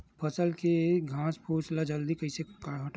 फसल के घासफुस ल जल्दी कइसे हटाव?